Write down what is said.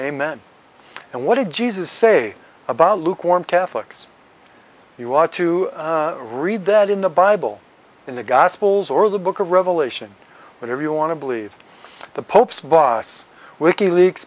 amen and what did jesus say about lukewarm catholics you ought to read that in the bible in the gospels or the book of revelation whatever you want to believe the pope's boss wiki leak